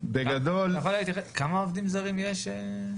אתה יכול לומר, כמה עובדים זרים יש בחקלאות?